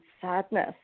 sadness